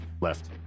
left